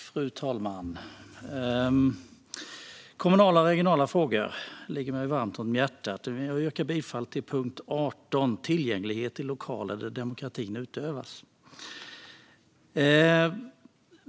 Fru talman! Kommunala och regionala frågor ligger mig varmt om hjärtat. Jag yrkar bifall till reservation 16 under punkt 18, Tillgänglighet i lokaler där demokratin utövas.